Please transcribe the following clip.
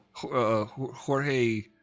Jorge